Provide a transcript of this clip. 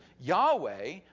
Yahweh